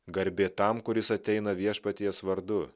garbė tam kuris ateina viešpaties vardu